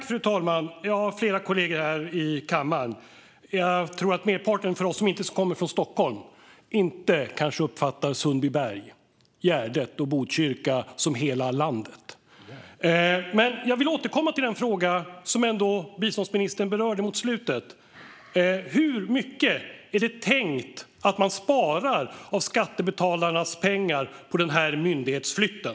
Fru talman! Jag har flera kollegor i kammaren som inte kommer från Stockholm. Jag tror att merparten av oss inte uppfattar Sundbyberg, Gärdet och Botkyrka som hela landet. Men jag återkommer till den fråga som biståndsministern berörde mot slutet. Hur mycket är det tänkt att man sparar av skattebetalarnas pengar på myndighetsflytten?